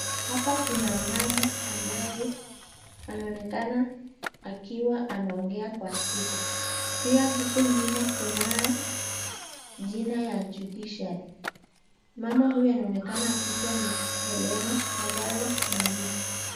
Hapa kuna mama ambaye anaonekana akiwa anaongea kwa spika. Pia huku nyuma kunao jina ya Judiciary. Mama huyu anaonekana akiitwa Ms Helene Rafaela Namisi.